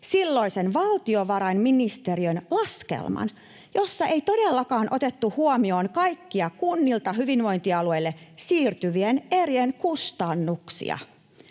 silloisen valtiovarainministeriön laskelman, jossa ei todellakaan otettu huomioon kaikkia kunnilta hyvinvointialueille siirtyvien erien kustannuksia.